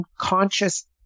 conscious